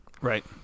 Right